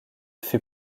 fut